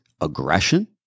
aggression